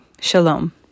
Shalom